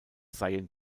seien